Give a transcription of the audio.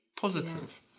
positive